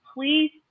please